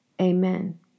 Amen